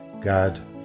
God